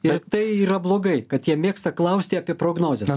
ir tai yra blogai kad jie mėgsta klausti apie prognozes